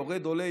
יורד-עולה,